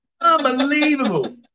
Unbelievable